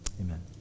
Amen